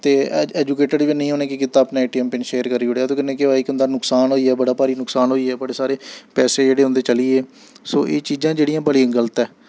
ते ऐ ऐजुकेटिड बी हैन्नी हे उ'नें केह् कीता अपना A T M pin share करी ओड़ेआ ओह्दे कन्नै केह् होएआ इक उं'दा नुक्सान होई गेआ बड़ा भारी नुक्सान होई गेआ बड़े सारे पैसे जेह्ड़े उं'दे चली गे सो एह् चीजां जेह्ड़ियां बड़ियां गल्त ऐ